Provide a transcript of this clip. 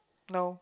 no